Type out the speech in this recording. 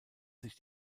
sich